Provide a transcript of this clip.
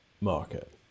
market